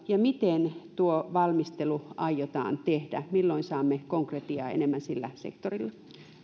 ja miten tuo valmistelu aiotaan tehdä milloin saamme konkretiaa enemmän sillä sektorilla